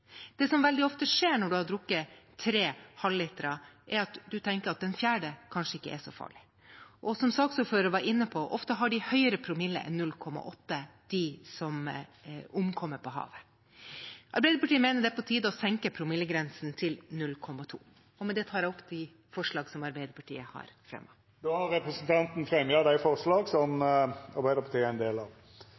Det som veldig ofte skjer når man har drukket tre halvlitere, er at man tenker at den fjerde kanskje ikke er så farlig. Som saksordføreren var inne på: Ofte har de som omkommer på havet, høyere promille enn 0,8. Arbeiderpartiet mener det er på tide å senke promillegrensen til 0,2. Med det tar jeg opp de forslag som Arbeiderpartiet har fremmet. Representanten Åsunn Lyngedal har